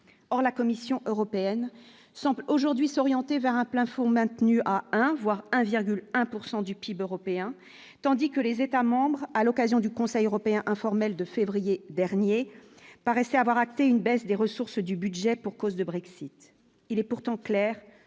or la Commission européenne sample aujourd'hui s'orienter vers un plafond maintenu à 1, voire 1,1 pourcent du PIB européen tandis que les États-membres à l'occasion du conseil européen informel de février dernier paraissait avoir acté une baisse des ressources du budget pour cause de Brexit